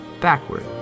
backward